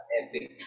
epic